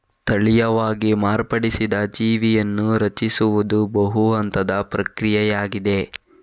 ತಳೀಯವಾಗಿ ಮಾರ್ಪಡಿಸಿದ ಜೀವಿಯನ್ನು ರಚಿಸುವುದು ಬಹು ಹಂತದ ಪ್ರಕ್ರಿಯೆಯಾಗಿದೆ